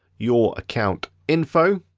your account info